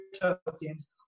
tokens